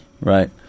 right